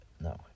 No